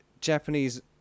Japanese